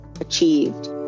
achieved